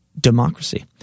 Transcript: democracy